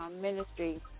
ministry